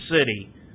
city